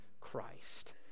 Christ